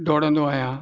ॾोड़ंदो आहियां